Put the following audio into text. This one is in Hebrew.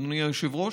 אדוני היושב-ראש,